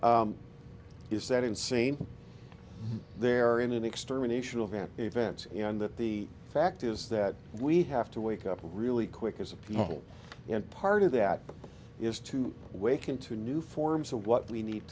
is that insane there in an extermination of an event and that the fact is that we have to wake up really quick as a people and part of that is to awaken to new forms of what we need